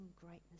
greatness